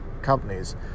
companies